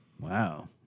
Wow